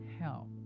help